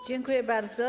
Dziękuję bardzo.